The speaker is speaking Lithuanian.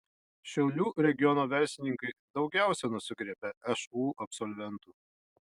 šiaulių regiono verslininkai daugiausiai nusigriebia šu absolventų